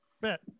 Bet